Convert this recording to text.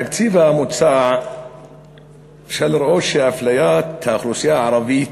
בתקציב המוצע אפשר לראות שאפליית האוכלוסייה הערבית